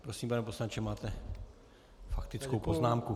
Prosím, pane poslanče, máte faktickou poznámku.